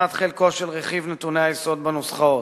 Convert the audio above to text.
הקטנת חלקו של רכיב נתוני היסוד בנוסחאות,